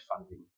funding